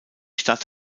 stadt